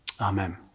amen